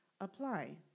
apply